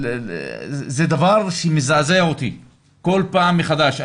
זה דבר שמזעזע אותי כל פעם מחדש.